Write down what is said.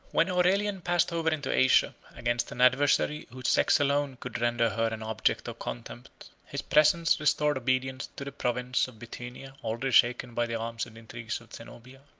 when aurelian passed over into asia, against an adversary whose sex alone could render her an object of contempt, his presence restored obedience to the province of bithynia, already shaken by the arms and intrigues of zenobia.